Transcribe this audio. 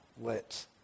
let